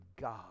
God